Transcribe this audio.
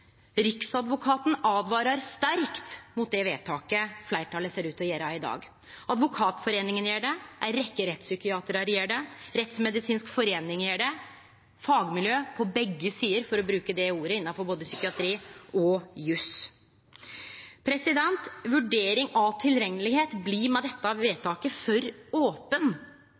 Riksadvokaten åtvarar sterkt mot det vedtaket fleirtalet ser ut til å gjere i dag. Advokatforeningen gjer det, ei rekkje rettspsykiatrar gjer det, Norsk Rettsmedisinsk Forening gjer det – fagmiljø på begge sider, for å bruke dei orda, innanfor både psykiatri og jus. Vurdering av tilreknelegheit blir med dette vedtaket for open